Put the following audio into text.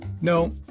No